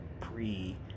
pre